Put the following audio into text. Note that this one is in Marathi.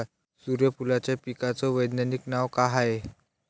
सुर्यफूलाच्या पिकाचं वैज्ञानिक नाव काय हाये?